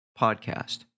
podcast